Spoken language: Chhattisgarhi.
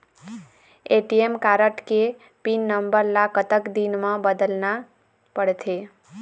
ए.टी.एम कारड के पिन नंबर ला कतक दिन म बदलना पड़थे?